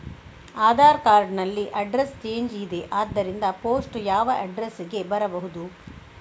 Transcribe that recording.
Aadhaar card ನಲ್ಲಿ address change ಇದೆ ಆದ್ದರಿಂದ ಪೋಸ್ಟ್ ಯಾವ ಅಡ್ರೆಸ್ ಗೆ ಬರಬಹುದು?